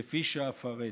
כפי שאפרט.